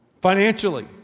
financially